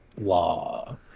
law